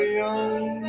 young